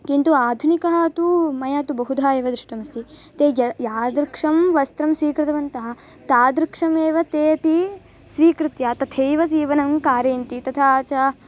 किन्तु आधुनिकः तु मया तु बहुधा एव दृष्टमस्ति ते य यादृशं वस्त्रं स्वीकृतवन्तः तादृशमेव ते अपि स्वीकृत्य तथैव सीवनं कारयन्ति तथा च